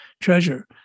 treasure